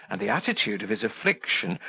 and the attitude of his affliction,